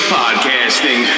podcasting